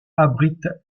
abrite